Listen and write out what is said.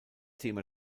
thema